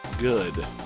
good